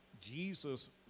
Jesus